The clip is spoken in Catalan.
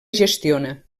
gestiona